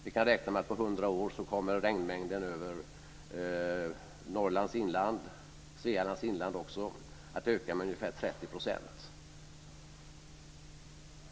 Vi kan räkna med att på hundra år kommer regnmängden för Norrlands inland och Svealands inland att öka med omkring 30 %.